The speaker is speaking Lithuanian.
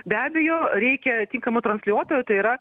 be abejo reikia tinkamo transliuotojo tai yra